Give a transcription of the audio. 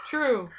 True